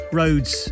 roads